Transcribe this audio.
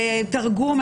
תרגום,